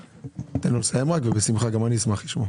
תן לו לסיים, ואחר כך, גם אני אשמח לשמוע.